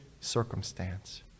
circumstance